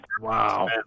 Wow